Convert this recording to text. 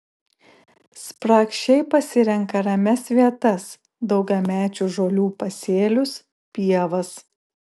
spragšiai pasirenka ramias vietas daugiamečių žolių pasėlius pievas